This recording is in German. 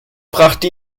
brachte